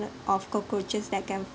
of cockroaches that can